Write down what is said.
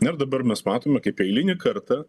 na ir dabar mes matome kaip eilinį kartą